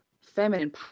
feminine